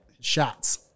shots